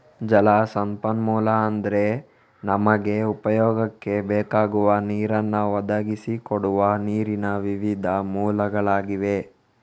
ಜಲ ಸಂಪನ್ಮೂಲ ಅಂದ್ರೆ ನಮಗೆ ಉಪಯೋಗಕ್ಕೆ ಬೇಕಾಗುವ ನೀರನ್ನ ಒದಗಿಸಿ ಕೊಡುವ ನೀರಿನ ವಿವಿಧ ಮೂಲಗಳಾಗಿವೆ